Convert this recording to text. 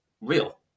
real